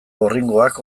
gorringoak